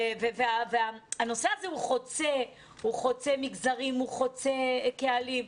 הנושא הזה הוא חוצה מגזרים, הוא חוצה קהלים.